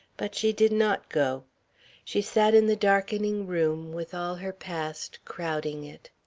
but she did not go she sat in the darkening room with all her past crowding it.